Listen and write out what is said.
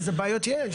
איזה בעיות יש?